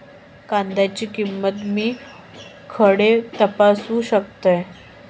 कांद्याची किंमत मी खडे तपासू शकतय?